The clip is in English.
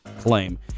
claim